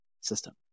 system